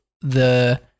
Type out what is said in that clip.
the-